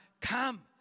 come